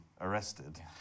arrested